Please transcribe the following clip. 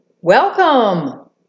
Welcome